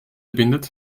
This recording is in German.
bindet